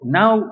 now